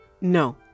No